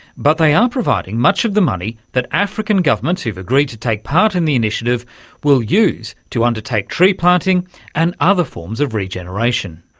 but they are providing much of the money that african governments who have agreed to take part in the initiative will use to undertake tree planting and other forms of regeneration.